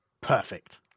Perfect